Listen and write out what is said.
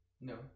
No